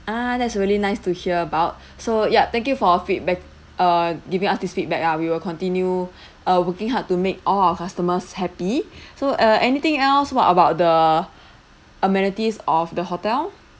ah that's really nice to hear about so ya thank you for feedback uh giving us these feedback ah we will continue uh working hard to make all our customers happy so err anything else what about the amenities of the hotel